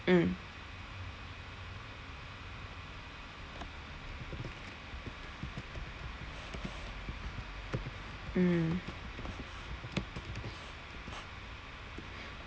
mm